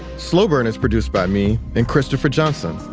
slow burn is produced by me and christopher johnson,